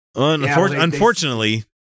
Unfortunately